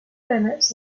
limits